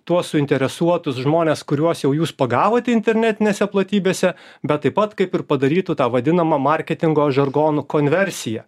tuo suinteresuotus žmones kuriuos jau jūs pagavote internetinėse platybėse bet taip pat kaip ir padarytų tą vadinamą marketingo žargonu konversiją